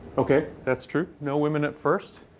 ok. that's true. no women at first,